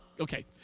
Okay